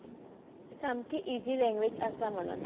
सामकी easy language आसा म्हणून